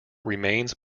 remains